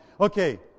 Okay